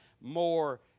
more